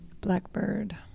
Blackbird